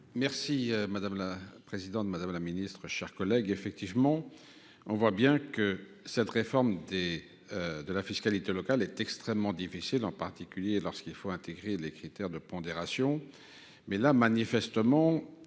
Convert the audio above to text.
Merci madame la présidente, madame la Ministre, chers collègues, effectivement, on voit bien que cette réforme des de la fiscalité locale est extrêmement difficile, en particulier lorsqu'il faut intégrer les critères de pondération mais là, manifestement,